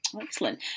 Excellent